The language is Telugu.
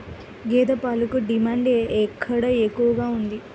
గేదె పాలకు డిమాండ్ ఎక్కడ ఎక్కువగా ఉంది?